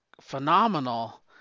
phenomenal